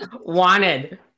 Wanted